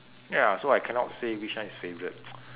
ya so I cannot say which one is favourite